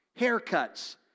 haircuts